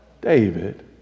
David